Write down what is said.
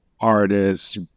artists